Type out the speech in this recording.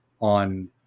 on